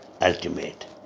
ultimate